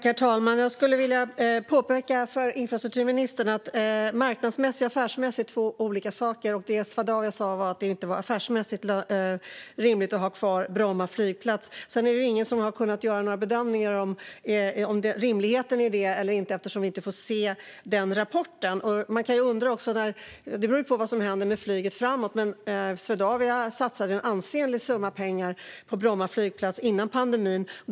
Herr talman! Jag skulle vilja påpeka för infrastrukturministern att marknadsmässigt och affärsmässigt är två olika saker, och det Swedavia sa i rapporten var att det inte är affärsmässigt rimligt att ha kvar Bromma flygplats. Sedan är det ju ingen som har kunnat bedöma rimligheten i det, eftersom vi inte får se rapporten. Det beror på vad som händer med flyget framöver, men Swedavia satsade ju en ansenlig summa pengar på Bromma flygplats före pandemin.